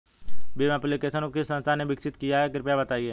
Bhim application को किस संस्था ने विकसित किया है कृपया बताइए?